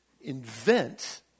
invent